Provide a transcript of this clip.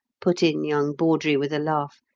put in young bawdrey, with a laugh.